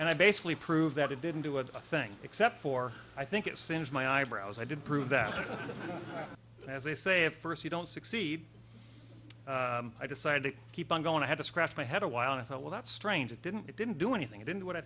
and i basically prove that it didn't do a thing except for i think it singed my eyebrows i did prove that as they say at first you don't succeed i decided to keep on going to have to scratch my head a while and i thought well that's strange it didn't it didn't do anything it in what i